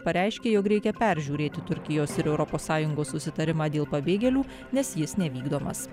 pareiškė jog reikia peržiūrėti turkijos ir europos sąjungos susitarimą dėl pabėgėlių nes jis nevykdomas